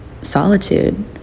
solitude